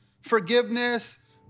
forgiveness